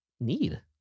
need